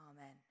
Amen